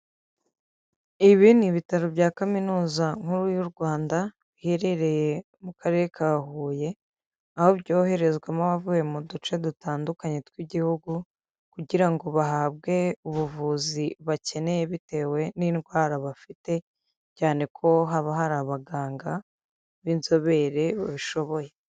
Ibi ni ibitaro bya kaminuza nkuru y'u Rwanda, biherereye mu karere ka Huye, aho byoherezwamo abavuye mu duce dutandukanye tw'igihugu, kugira ngo bahabwe ubuvuzi bakeneye bitewe n'indwara bafite, cyane ko haba hari abaganga b'inzobere babishoboye.